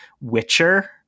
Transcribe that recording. Witcher